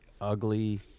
Ugly